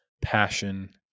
passion